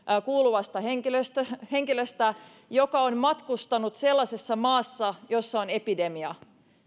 kuuluvasta henkilöstä joka on matkustanut sellaisessa maassa jossa on epidemia